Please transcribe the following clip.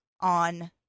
on